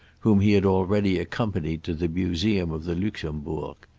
whom he had already accompanied to the museum of the luxembourg.